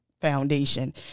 foundation